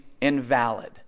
invalid